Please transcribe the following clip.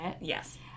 Yes